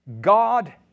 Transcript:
God